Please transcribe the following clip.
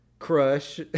Crush